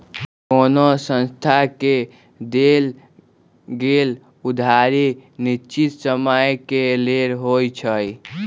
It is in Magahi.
कोनो संस्था से देल गेल उधारी निश्चित समय के लेल होइ छइ